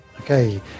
Okay